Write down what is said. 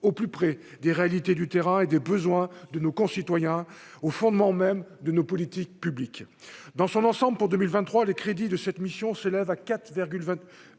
au plus près des réalités du terrain et des besoins de nos concitoyens au fondement même de nos politiques publiques dans son ensemble pour 2023, les crédits de cette mission s'élève à 4 20